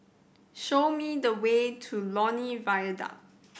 show me the way to Lornie Viaduct